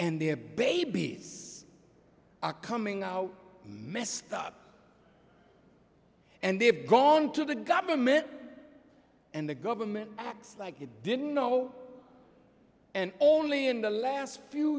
and their babies are coming out messed up and they've gone to the government and the government acts like it didn't know and only in the last few